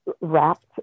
wrapped